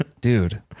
Dude